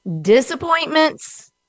Disappointments